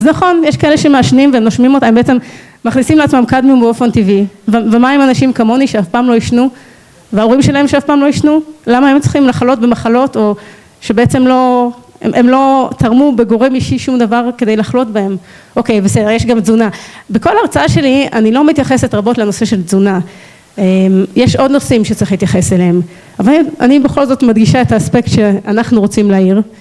זה נכון, יש כאלה שמעשנים והם נושמים אותה, הם בעצם מכניסים לעצמם קדמיום באופן טבעי ומה עם אנשים כמוני שאף פעם לא עישנו וההורים שלהם שאף פעם לא עישנו? למה הם צריכים לחלות במחלות או שבעצם לא, הם לא תרמו בגורם אישי שום דבר כדי לחלות בהם? אוקיי בסדר, יש גם תזונה. בכל הרצאה שלי אני לא מתייחסת רבות לנושא של תזונה יש עוד נושאים שצריך להתייחס אליהם, אבל אני בכל זאת מדגישה את האספקט שאנחנו רוצים להעיר